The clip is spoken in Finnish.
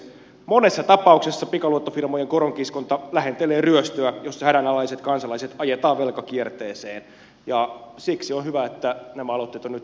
monessa tapauksessa pikaluottofirmojen koronkiskonta lähentelee ryöstöä jossa hädänalaiset kansalaiset ajetaan velkakierteeseen ja siksi on hyvä että nämä aloitteet ovat nyt täällä keskustelussa